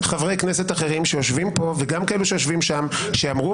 גם חברי כנסת אחרים שיושבים פה וגם כאלה שיושבים שם שאמרו